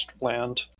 land